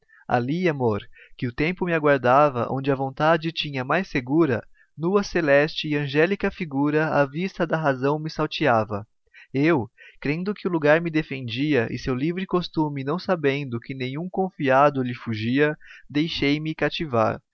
ali amor que o tempo me aguardava onde a vontade tinha mais segura nüa celeste e angélica figura a vista da razão me salteava eu crendo que o lugar me defendia e seu livre costume não sabendo que nenhum confiado lhe fugia deixei me cativar